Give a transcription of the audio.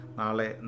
nale